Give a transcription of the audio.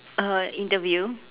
uh interview